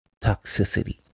toxicity